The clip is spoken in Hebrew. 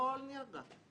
הכול נרגע.